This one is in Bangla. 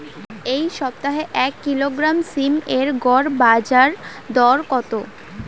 এই সপ্তাহে এক কিলোগ্রাম সীম এর গড় বাজার দর কত?